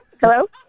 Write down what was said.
hello